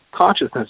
consciousness